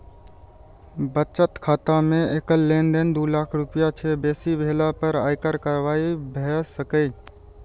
बचत खाता मे एकल लेनदेन दू लाख रुपैया सं बेसी भेला पर आयकर कार्रवाई भए सकैए